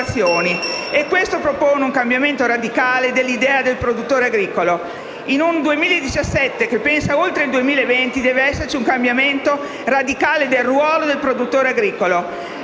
Questo presuppone un cambiamento radicale dell'idea del produttore agricolo. In un 2017 che pensa oltre il 2020 deve esserci un cambiamento radicale del ruolo del produttore agricolo.